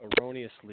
erroneously